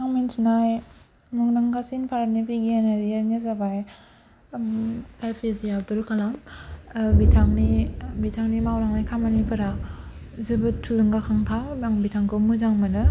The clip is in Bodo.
आं मिन्थिनाय मुंदांखासिन भारतनि बिगियानगिरिआनो जाबाय एपिजे आब्दुल कालाम बिथांनि बिथांनि मावलांनाय खामानिफोरा जोबोद थुलुंगाखांथाव बिथांखौ मोजां मोनो